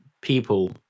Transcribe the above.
people